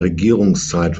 regierungszeit